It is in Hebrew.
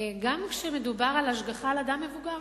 גם כשמדובר על השגחה על אדם מבוגר,